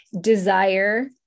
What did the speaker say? desire